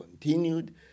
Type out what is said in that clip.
continued